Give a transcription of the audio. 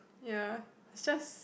ya it's just